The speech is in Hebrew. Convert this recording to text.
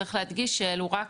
צריך להדגיש שאלו רק,